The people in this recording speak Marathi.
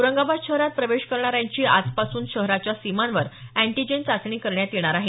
औरंगाबाद शहरात प्रवेश करणाऱ्यांची आजपासून शहराच्या सीमांवर अँटिजेन चाचणी करण्यात येणार आहे